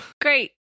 Great